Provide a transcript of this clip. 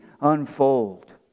unfold